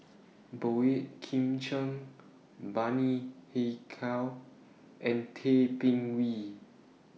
Boey Kim Cheng Bani Haykal and Tay Bin Wee